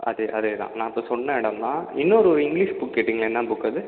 அது அதேதான் நான் இப்போ சொன்ன இடம் தான் இன்னொரு ஒரு இங்கிலீஷ் புக் கேட்டீங்க என்ன புக் அது